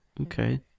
Okay